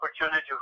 opportunity